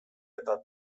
eta